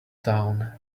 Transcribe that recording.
town